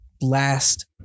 last